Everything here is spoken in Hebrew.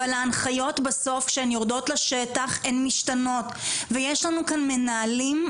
אבל ההנחיות בסוף כשהן יורדות לשטח הן משתנות ויש לנו כאן מנהלים,